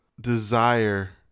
desire